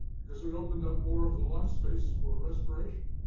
because it opened up more of the lung space for respiration.